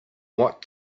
what